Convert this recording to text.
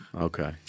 Okay